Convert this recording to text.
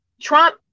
Trump